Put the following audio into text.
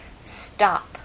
stop